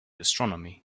astronomy